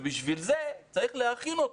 בשביל זה, צריך להכין אותו.